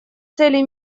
цели